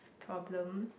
problem